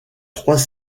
trois